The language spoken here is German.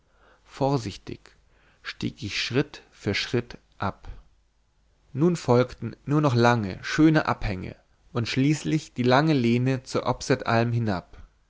vorsichtig stieg ich schritt für schritt ab nun folgten nur noch lange schöne abhänge und schließlich die lange lehne zur opsetalm hinab